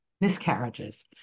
miscarriages